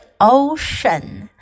Ocean